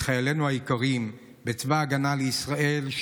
את חיילינו היקרים בצבא ההגנה לישראל,